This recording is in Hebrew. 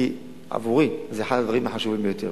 כי עבורי זה אחד הדברים החשובים ביותר.